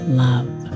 love